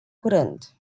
curând